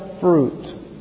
fruit